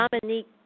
Dominique